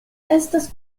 estas